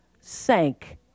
sank